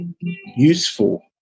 useful